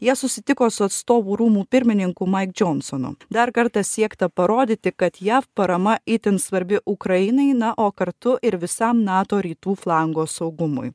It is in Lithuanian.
jie susitiko su atstovų rūmų pirmininku maik džonsonu dar kartą siekta parodyti kad jav parama itin svarbi ukrainai na o kartu ir visam nato rytų flango saugumui